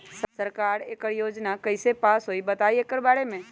सरकार एकड़ योजना कईसे पास होई बताई एकर बारे मे?